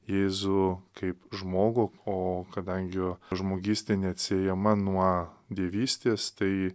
jėzų kaip žmogų o kadangi žmogystė neatsiejama nuo dievystės tai